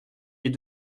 est